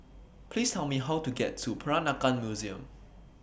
Please Tell Me How to get to Peranakan Museum